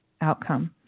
outcome